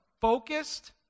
focused